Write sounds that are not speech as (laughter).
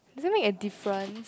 does it make a difference (noise)